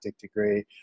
degree